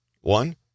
One